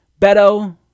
Beto